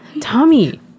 Tommy